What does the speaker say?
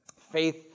faith